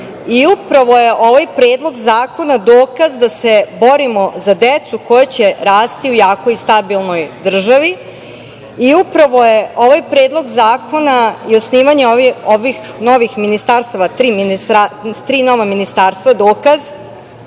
i upravo je ovaj Predlog zakona dokaz da se borimo za decu koja će rasti u jakoj i stabilnoj državi i upravo je ovaj Predlog zakona i osnivanje ovih novih ministarstava, tri nova ministarstva, dokaz